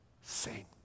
sing